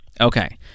Okay